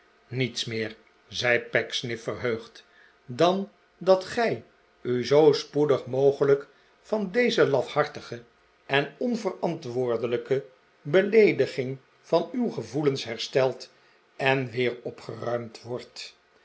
niets meer zei pecksniff verheugd r dan dat gij u zoo spoedig mogelijk van deze lafhartige en onverantwoordelijke beleediging van uw gevoelens herstelt en weer opgeruimd wordt